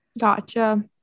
Gotcha